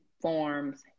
forms